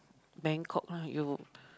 Bangkok lah you